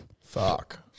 Fuck